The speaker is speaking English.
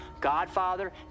Godfather